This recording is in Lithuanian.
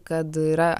kad yra